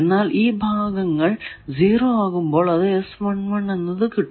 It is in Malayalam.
എന്നാൽ ഈ ഭാഗങ്ങൾ 0 ആകുമ്പോൾ അത് എന്ന് കിട്ടും